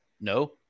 No